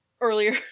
earlier